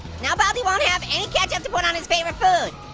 now baldy won't have any ketchup to put on his favorite food,